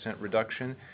reduction